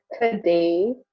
today